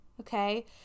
okay